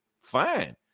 fine